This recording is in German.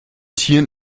tieren